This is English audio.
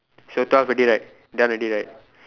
should have twelve already right done already right